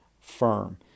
firm